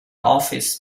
office